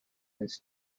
this